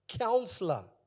Counselor